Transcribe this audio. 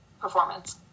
performance